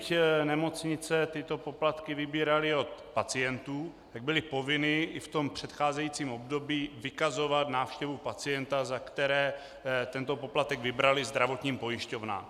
Byť nemocnice tyto poplatky vybíraly od pacientů, tak byly povinny i v předcházejícím období vykazovat návštěvu pacientů, za které tento poplatek vybraly, zdravotním pojišťovnám.